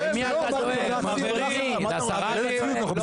--- חברים, לא